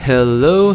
Hello